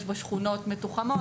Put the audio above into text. יש בו שכונות מתוחמות,